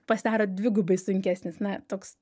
pasidaro dvigubai sunkesnis na toks